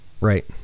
Right